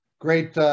Great